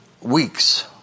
weeks